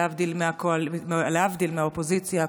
להבדיל מהאופוזיציה הקודמת,